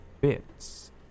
bits